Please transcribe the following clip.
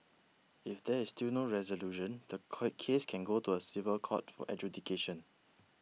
if there is still no resolution the quake case can go to a civil court for adjudication